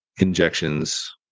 injections